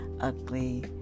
ugly